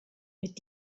mit